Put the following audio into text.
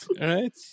right